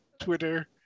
twitter